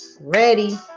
Ready